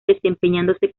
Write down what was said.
desempeñándose